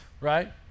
right